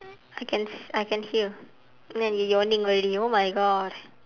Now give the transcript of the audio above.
I can I can hear then you yawning already oh my god